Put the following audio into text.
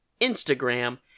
Instagram